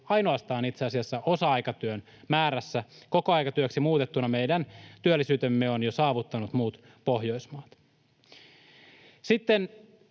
ainoastaan itse asiassa osa-aikatyön määrässä. Kokoaikatyöksi muutettuna meidän työllisyytemme on jo saavuttanut muut Pohjoismaat. Sitten